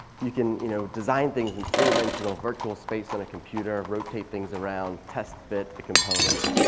you can you know design things in three dimensional virtual space on a computer. rotate things around, test fit the components.